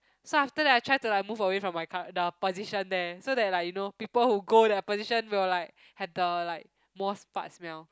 so after that I try to like move away from my cur~ the position there so that like you know people who go the position will like had the like most part smell